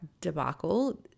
debacle